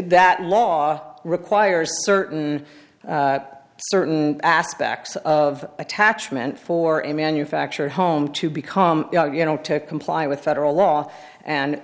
that law requires certain certain aspects of attachment for a manufactured home to become you know to comply with federal law and